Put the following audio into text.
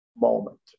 moment